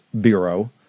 bureau